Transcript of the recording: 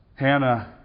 Hannah